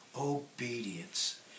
obedience